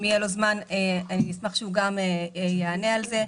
אם יהיה זמן אשמח שהוא גם יענה על זה.